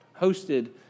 hosted